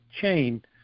chain